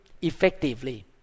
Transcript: effectively